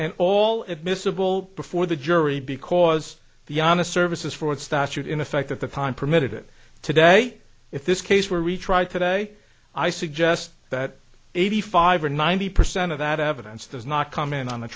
and all admissible before the jury because the honest services forward statute in effect at the time permitted it today if this case were retried today i suggest that eighty five or ninety percent of that evidence does not comment on